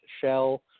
Shell